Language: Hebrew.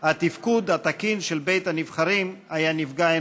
התפקוד התקין של בית הנבחרים היה נפגע אנושות.